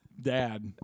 dad